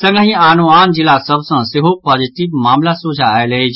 संगहि आनो आन जिला सभ सँ सेहो पॉजिटिव मामिला सोझा आयल अछि